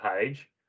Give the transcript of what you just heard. page